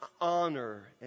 honor